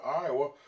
Iowa